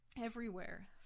Everywhere